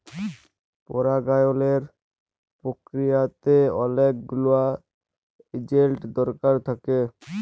পরাগায়লের পক্রিয়াতে অলেক গুলা এজেল্ট দরকার থ্যাকে